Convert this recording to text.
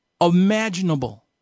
imaginable